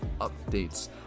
updates